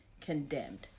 condemned